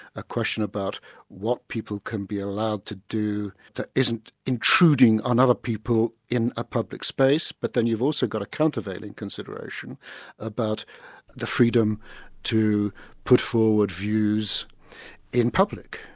a question about what people can be allowed to do that isn't intruding on other people in a public space, but then you've also got to countervailing consideration about the freedom to put forward views in public.